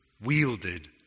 wielded